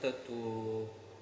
wanted to